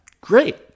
great